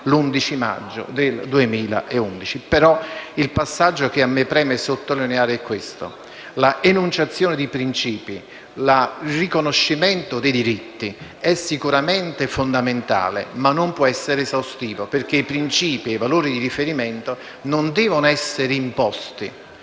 Il passaggio che a me preme sottolineare però è il seguente: l'enunciazione di principi e il riconoscimento dei diritti sono sicuramente fondamentali, ma non possono essere esaustivi, perché i principi e i valori di riferimento non devono essere imposti